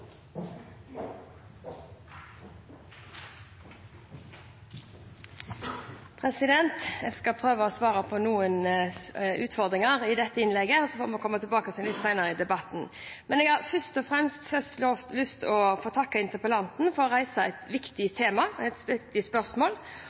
integreringsarbeid. Jeg skal prøve å svare på noen av utfordringene i dette innlegget, og så får vi komme tilbake til resten senere i debatten. Men først har jeg lyst å takke interpellanten for å reise et viktig tema og et viktig spørsmål,